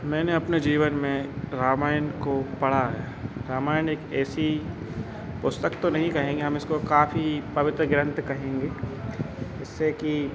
मैंने अपने जीवन में रामायन को पढ़ा है रामायण एक ऐसी पुस्तक तो नहीं कहेंगे हम इसको काफ़ी पवित्र ग्रंथ कहेंगे इससे कि